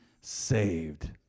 saved